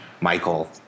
Michael